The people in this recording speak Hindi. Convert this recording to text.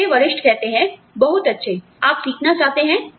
और मेरे वरिष्ठ कहते हैं बहुत अच्छे आप सीखना चाहते हैं